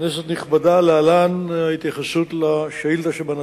כנסת נכבדה, להלן ההתייחסות לשאילתא שבנדון: